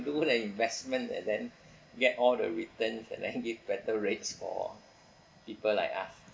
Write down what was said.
do the investment and then get all the returns and then give better rates for people like us